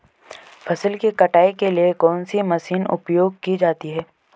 फसल की कटाई के लिए कौन सी मशीन उपयोग की जाती है?